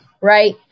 right